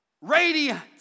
radiant